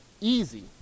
easy